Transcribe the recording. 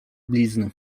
blizny